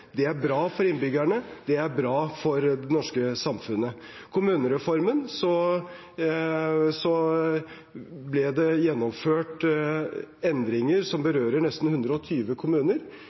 Det er bra for innbyggerne, det er bra for det norske samfunnet. Når det gjelder kommunereformen, ble det gjennomført endringer som berører nesten 120 kommuner.